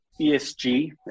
ESG